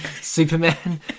Superman